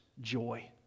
joy